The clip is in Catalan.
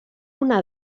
una